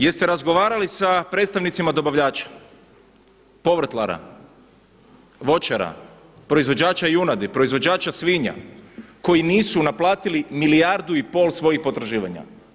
Jeste razgovarali sa predstavnicima dobavljača, povrtlara, voćara, proizvođača junadi, proizvođača svinja koji nisu naplatili milijardu i pol svojih potraživanja?